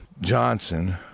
Johnson